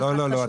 לא, לא, לא.